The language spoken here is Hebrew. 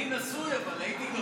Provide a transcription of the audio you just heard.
אני נשוי, אבל הייתי גרוש.